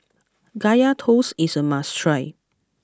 Kaya Toast is a must try